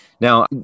Now